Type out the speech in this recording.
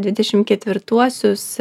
dvidešimt ketvirtuosius